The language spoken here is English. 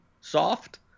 soft